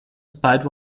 spite